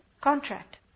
contract